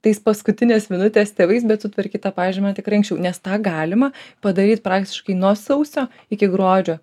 tais paskutinės minutės tėvais bet sutvarkyt tą pažymą tikrai anksčiau nes tą galima padaryt praktiškai nuo sausio iki gruodžio